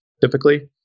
typically